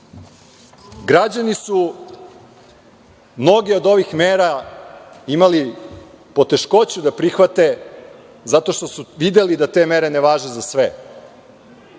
su od ovih mera imali poteškoću da prihvate zato što su videli da te mere ne važe za sve,